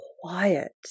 quiet